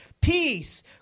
peace